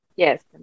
yes